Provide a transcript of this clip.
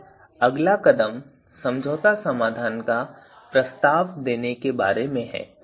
अब अगला कदम समझौता समाधान का प्रस्ताव देने के बारे में है